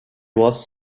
was